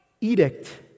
edict